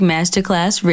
Masterclass